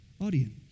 audience